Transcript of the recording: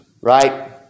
right